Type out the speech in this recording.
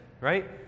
Right